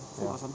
ya